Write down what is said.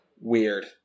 weird